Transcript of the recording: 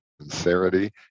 sincerity